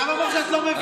עכשיו אמרת שאת לא מבינה.